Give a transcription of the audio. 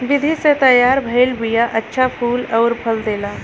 विधि से तैयार भइल बिया अच्छा फूल अउरी फल देला